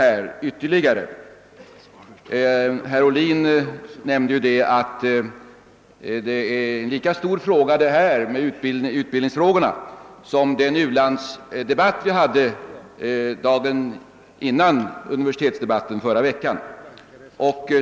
Herr Ohlin nämnde att utbildningen är en lika stor fråga som den u-landsdebatt vi hade dagen före universitetsdebatten förra veckan.